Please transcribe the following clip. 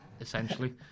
Essentially